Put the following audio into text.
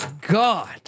god